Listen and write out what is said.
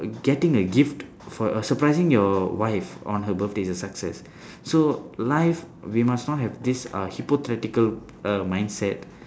getting a gift for a surprising your wife on her birthday is a success so life we must not have this uh hypocritical err mindset